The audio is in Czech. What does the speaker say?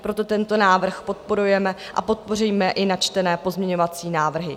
Proto tento návrh podporujeme a podpoříme i načtené pozměňovací návrhy.